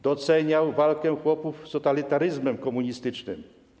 Doceniał walkę chłopów z totalitaryzmem komunistycznym.